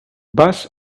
bus